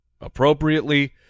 appropriately